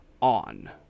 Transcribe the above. on